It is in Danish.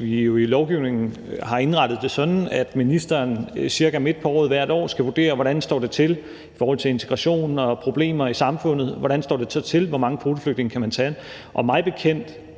vi jo i lovgivningen har indrettet det sådan, at ministeren cirka midt på året hvert år skal vurdere, hvordan det står til med integrationen og problemer i samfundet, og hvor mange kvoteflygtninge man kan tage.